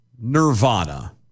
Nirvana